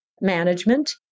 management